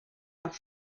nach